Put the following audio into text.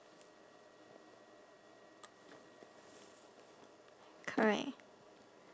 correct